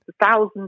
thousands